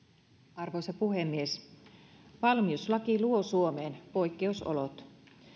arvoisa puhemies valmiuslaki luo suomeen poikkeusolot